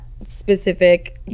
specific